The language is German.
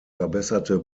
verbesserte